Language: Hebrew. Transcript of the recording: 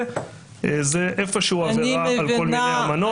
זה איפשהו עבירה על כל מיני אמנות